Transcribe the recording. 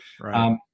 Right